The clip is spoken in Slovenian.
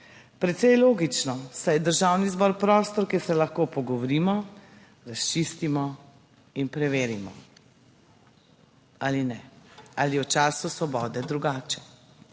Precej logično, saj je Državni zbor prostor, kjer se lahko pogovorimo, razčistimo in preverimo, ali ne, ali je v času Svobode drugače?